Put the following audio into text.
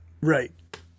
Right